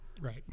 Right